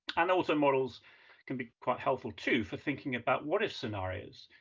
and also, models can be quite helpful too for thinking about what are scenarios,